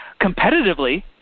competitively